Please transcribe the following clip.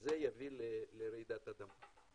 זה יביא לרעידת אדמה.